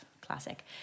Classic